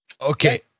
Okay